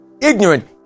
ignorant